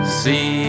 see